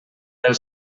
pel